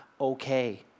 okay